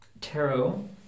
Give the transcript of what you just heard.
tarot